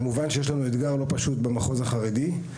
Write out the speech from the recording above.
כמובן, יש לנו אתגר לא פשוט במגזר החרדי.